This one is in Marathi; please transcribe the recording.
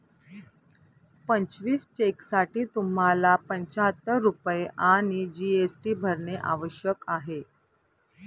पंचवीस चेकसाठी तुम्हाला पंचाहत्तर रुपये आणि जी.एस.टी भरणे आवश्यक आहे